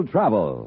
Travel